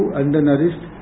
undernourished